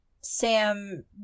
sam